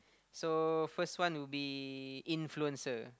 so first one would be influencer